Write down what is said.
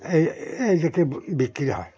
এই এইটাকে বিক্রি হয়